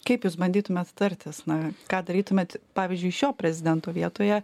kaip jūs bandytumėt tartis na ką darytumėt pavyzdžiui šio prezidento vietoje